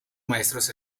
maestros